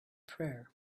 prayer